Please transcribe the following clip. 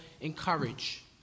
encourage